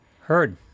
heard